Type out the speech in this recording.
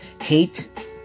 Hate